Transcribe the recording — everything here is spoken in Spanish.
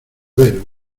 ver